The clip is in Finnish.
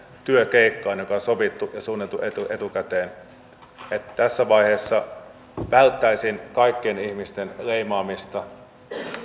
työkeikkaan joka on sovittu ja suunniteltu etukäteen tässä vaiheessa välttäisin kaikkien ihmisten leimaamista